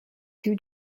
two